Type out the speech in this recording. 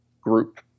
group